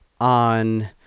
on